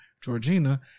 Georgina